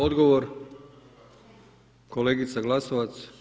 Odgovor kolegica Glasovac.